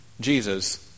Jesus